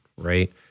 Right